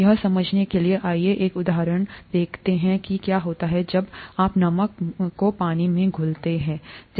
यह समझने के लिए आइए एक उदाहरण देखें कि क्या होता है जब आम नमक में घुल जाता है पानी